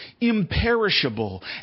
imperishable